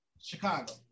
Chicago